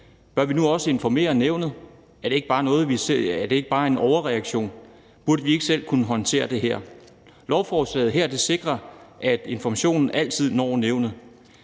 Bør vi nu også informere nævnet? Er det ikke bare en overreaktion? Burde vi ikke selv kunne håndtere det her? Lovforslaget her sikrer, at informationen altid når nævnet.